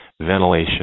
ventilation